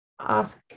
ask